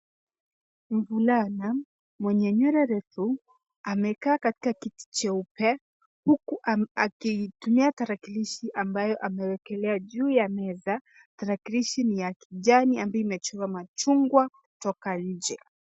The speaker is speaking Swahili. Mvulana mwenye nywele refu amekaa katika kiti cheupe huku akitumia tarakilishi ambayo amewekelea juu ya meza. Tarakilishi ni ya kijani ama imechorwa machungwa kutoka nje.